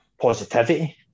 positivity